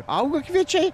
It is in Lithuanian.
auga kviečiai